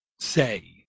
say